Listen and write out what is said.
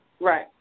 Right